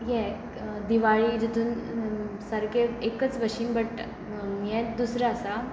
हें दिवाळी जितून सारकें एकच भशेन बट हें दुसरें आसा